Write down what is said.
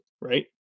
right